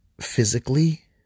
physically